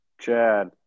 Chad